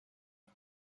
her